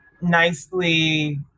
nicely